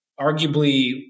arguably